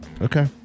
Okay